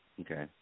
Okay